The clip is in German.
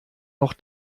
noch